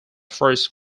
first